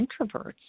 introverts